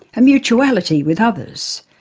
mutuality with others,